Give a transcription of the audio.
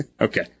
Okay